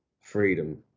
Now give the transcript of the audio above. freedom